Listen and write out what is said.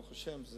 ברוך השם,